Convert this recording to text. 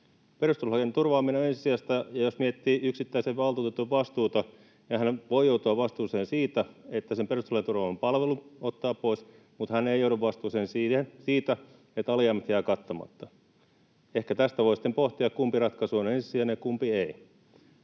perustuslain turvaaminen on ensisijaista. Jos miettii yksittäisen valtuutetun vastuuta, niin hän voi joutua vastuuseen siitä, että ottaa sen perustuslain turvaaman palvelun pois, mutta hän ei joudu vastuuseen siitä, että alijäämät jäävät kattamatta. Tästä voi sitten pohtia, kumpi ratkaisu on ensisijainen ja kumpi ei.